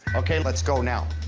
ok, let's go now.